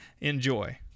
enjoy